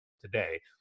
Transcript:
today